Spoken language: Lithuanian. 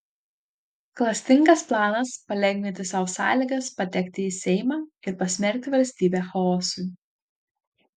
klastingas planas palengvinti sau sąlygas patekti į seimą ir pasmerkti valstybę chaosui